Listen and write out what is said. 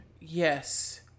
Yes